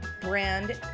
brand